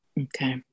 Okay